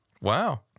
Wow